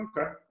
Okay